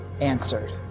answered